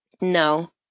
No